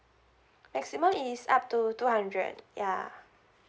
maximum is up to two hundred ya